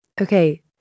Okay